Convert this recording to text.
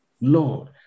Lord